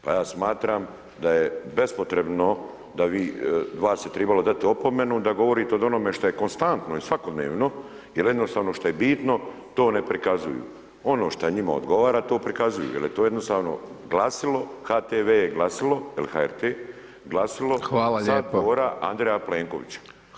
Pa ja smatram da je bespotrebno da vi, vas je trebalo dati opomenu da govorite o onome što je konstanto i svakodnevno, jer jednostavno što je bitno to ne prikazuju, ono što njima odgovara to prikazuju, jer je to jednostavno HTV glasilo ili HRT glasilo sa dvora Andreja Plenkovića.